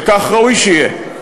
וכך ראוי שיהיה,